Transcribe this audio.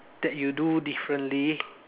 that you do differently